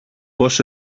πως